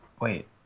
Wait